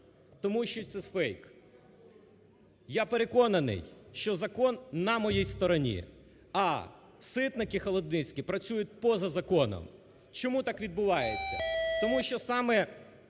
Тому що це фейк. Я переконаний, що закон на моїй стороні, а Ситник і Холодницький працюють поза законом. Чому так відбувається? Тому що саме